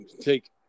take